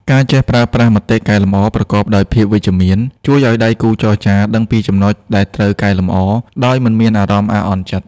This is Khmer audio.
ការចេះប្រើប្រាស់ "មតិកែលម្អ" ប្រកបដោយភាពវិជ្ជមាន ជួយឱ្យដៃគូចរចាដឹងពីចំណុចដែលត្រូវកែលម្អដោយមិនមានអារម្មណ៍អាក់អន់ចិត្ត។